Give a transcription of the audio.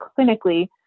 clinically